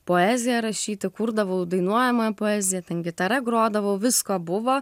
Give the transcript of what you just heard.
poeziją rašyti kurdavau dainuojamąją poeziją ten gitara grodavau visko buvo